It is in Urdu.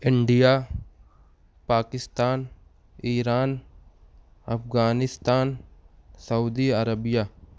India Pakistan Iran Afghanistan Saudi Arabia